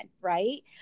right